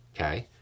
Okay